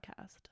podcast